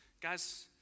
Guys